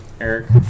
Eric